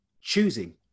choosing